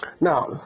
Now